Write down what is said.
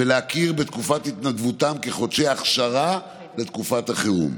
ולהכיר בתקופת התנדבותם כחודשי אכשרה לתקופת החירום.